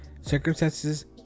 circumstances